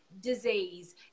disease